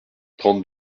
trente